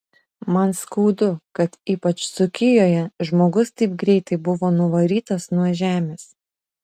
man skaudu kad ypač dzūkijoje žmogus taip greitai buvo nuvarytas nuo žemės